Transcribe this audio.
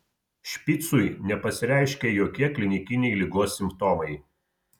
špicui nepasireiškė jokie klinikiniai ligos simptomai